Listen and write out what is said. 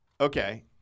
okay